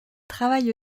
travaille